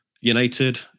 United